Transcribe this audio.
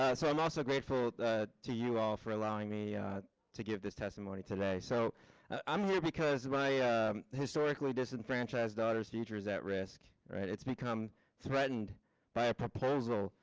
ah so i'm also grateful to you all for allowing me to give this testimony today. so i'm here because my historically disenfranchised daughter's future is at risk. all right it's become threatened by a proposal.